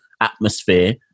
atmosphere